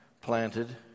planted